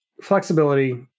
flexibility